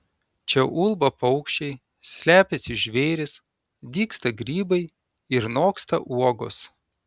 čia ulba paukščiai slepiasi žvėrys dygsta grybai ir noksta uogos